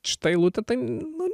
šita eilutė tai nu